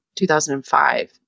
2005